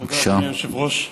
תודה, אדוני היושב-ראש.